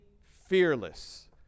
fearless